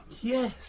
Yes